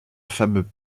fameux